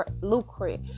lucrative